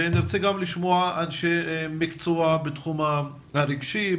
ונרצה גם לשמוע אנשי מקצוע בתחום הרגשי,